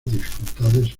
dificultades